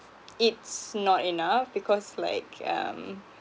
it's not enough because like um